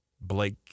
blake